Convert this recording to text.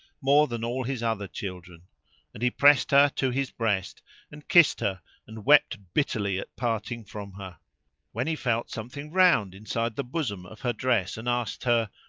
more than all his other children and he pressed her to his breast and kissed her and wept bitterly at parting from her when he felt something round inside the bosom of her dress and asked her,